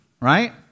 Right